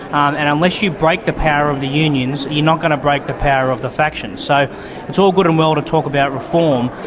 um and unless you break the power of the unions you're not going to break the power of the factions. so it's all good and well to talk about reform,